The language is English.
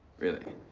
really?